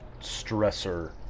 stressor